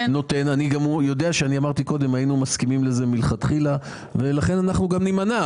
אמרתי קודם שהיינו מסכימים לזה מלכתחילה ולכן אנחנו גם נימנע.